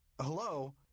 hello